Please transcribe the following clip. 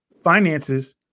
finances